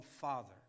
father